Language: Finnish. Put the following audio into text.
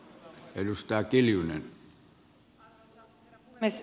arvoisa herra puhemies